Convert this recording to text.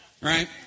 right